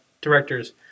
directors